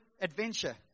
adventure